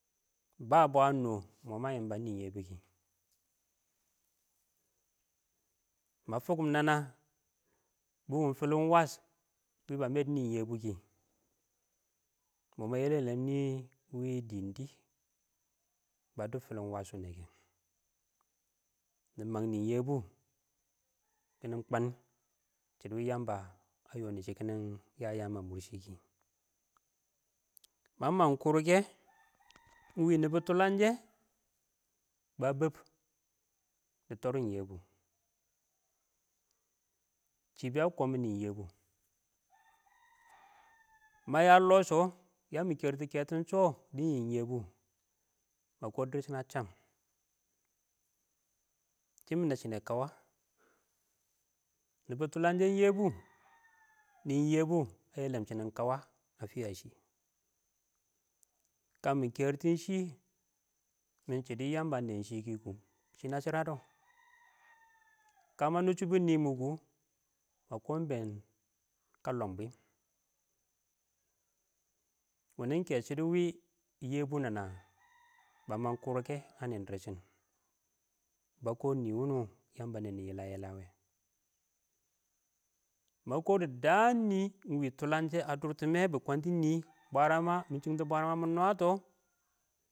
Ba bwa a nɔ ma yimbe ə nɪn yɛbʊ kɛ ma fukkim nana bɪ wum filimwas wɪɪn ba mɪ dɪ nɪn yɛbʊ kɪ. Mʊ ma yelam-yelam nɪ wɪ dɪɪn dɪ ba dub filimwas shuʊnɛ kɛ nɪ mang nɪɪn yɛbʊ kɪnɪ kwən sɪdɪ wɪɪn yamba a yoni shɪ kiɪnɪ ya yaam a murshi kɪ, ma mang kʊrakɛ wɪɪ nɪbʊ tulangshe ba bib dɪ tɔrɪn yɛbʊ nim yɛbʊ kɪ, a komɪn nɪn yɛbʊ ma ya lɔɔ shɔ yə mɪ kɛrɪtʊ shɔ dɪ nɪn yɛbʊ mə kɔ dʊrshɪ ə cəm shɪm bɪ nəsshɪnɛ kəwə nɪbʊ tʊləngshɛ yɛbʊ nɪn yɛbʊ ə yɛlɛn shine kawa a fɪya shɪ, kamɪ kerɪtɪn ɪng shɪ mɪ ɪng shiadɔ yamba a ne shiki ku, chi na shiradɔ kə mə nʊsshʊbʊ nɪmʊ kʊ mə kɔm ɪng bɛn kə lɔn bwɪm wɪɪ nɪ ɪnkɛ shɪdʊ yɛbʊ nə nwə bə məng kʊrr kɛ, ə nɪn dɪr sɪn bə kɔh nɪɪ wʊnʊ yəmbə ə nennɪ yɪlə-yɪlə wɛ mə kɔɔh dɪdən nɪɪ ɪng wɪɪ tʊləngshɛ ə dʊrtɪmɛ bɪ kɔntɔ nɪɪ bwərə mə, mɪ chɪngtɪ bwərə mə mɪ nwətɔ.